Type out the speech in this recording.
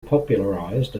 popularized